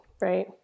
right